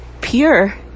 pure